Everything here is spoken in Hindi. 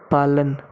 पालन